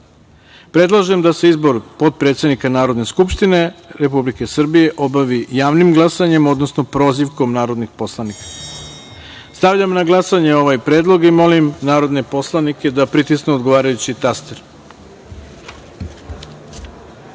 poslanika. Predlažem da se izbor potpredsednika Narodne skupštine Republike Srbije obavi javnim glasanjem, odnosno prozivkom narodnih poslanika. Stavljam na glasanje ovaj predlog i molim narodne poslanike da pritisnu odgovarajući